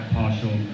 partial